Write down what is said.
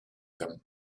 them